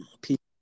People